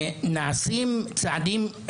ונעשים צעדים,